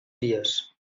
vies